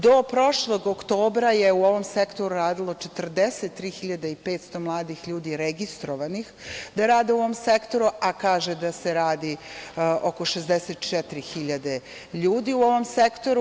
Do prošlog oktobra je u ovom sektoru radilo 43.500 mladih ljudi registrovanih da rade u ovom sektoru, a kažu da se radi oko 64.000 ljudi u ovom sektoru.